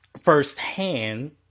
firsthand